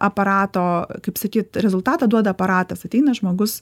aparato kaip sakyt rezultatą duoda aparatas ateina žmogus